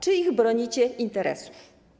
Czyich bronicie interesów?